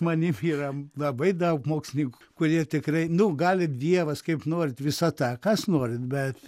manim yra labai daug mokslininkų kurie tikrai nu gali dievas kaip norit visata kas norit bet